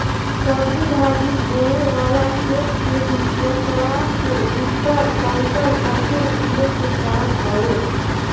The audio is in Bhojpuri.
सब्जी भाजी बोए वाला खेत के भी जोतवा के उकर कंकड़ पत्थर बिने के पड़त हवे